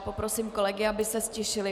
Poprosím kolegy, aby se ztišili.